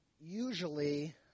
usually